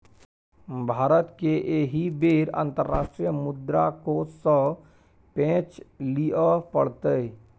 भारतकेँ एहि बेर अंतर्राष्ट्रीय मुद्रा कोष सँ पैंच लिअ पड़तै